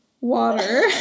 water